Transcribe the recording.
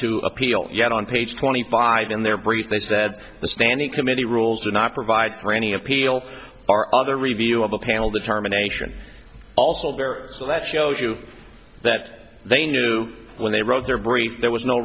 to appeal yet on page twenty five in their brief they said the standing committee rules are not provide for any appeal our other review of the panel determination also very so that shows you that they knew when they wrote their brief there was no